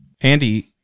Andy